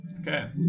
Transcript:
Okay